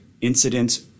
incidents